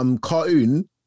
cartoon